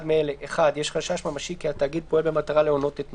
מאלה: (1)יש חשש ממשי כי התאגיד פועל במטרה להונות את נושיו,